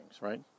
right